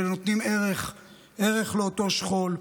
ונותנים ערך לאותו שכול,